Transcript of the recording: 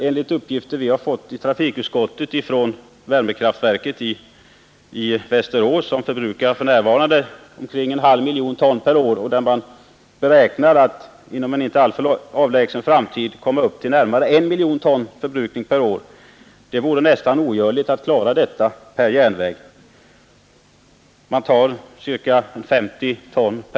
Enligt uppgifter som trafikutskottet har fått från värmekraftverket i Västerås förbrukas där för närvarande omkring en halv miljon ton olja per år, och förbrukningen beräknas inom en inte alltför avlägsen framtid komma upp till närmare en miljon ton per år. Det vore nästan ogörligt att klara transporten av dessa stora oljemängder på järnväg.